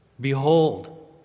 Behold